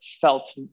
felt